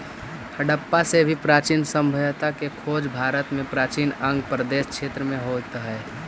हडप्पा से भी प्राचीन सभ्यता के खोज भारत में प्राचीन अंग प्रदेश क्षेत्र में होइत हई